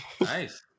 Nice